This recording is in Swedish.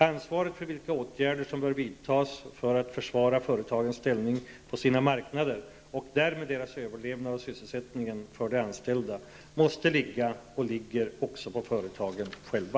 Ansvaret för vilka åtgärder som bör vidtas för att försvara företagens ställning på sina marknader och därmed deras överlevnad och sysselsättningen för de anställda måste ligga och ligger också på företagen själva.